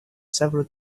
several